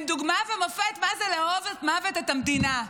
הם דוגמה ומופת מה זה לאהוב עד מוות את המדינה.